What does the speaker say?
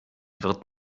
wird